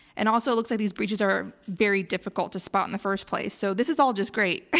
and also looks like these breaches are very difficult to spot in the first place. so this is all just great.